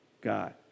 God